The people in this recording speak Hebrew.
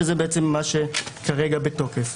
וזה כרגע מה שבתוקף.